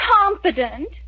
confident